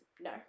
no